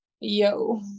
yo